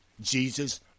Jesus